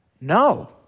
No